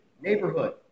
neighborhood